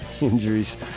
injuries